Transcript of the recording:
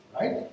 right